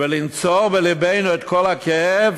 ולנצור בלבנו את כל הכאב